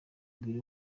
mubiri